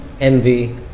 envy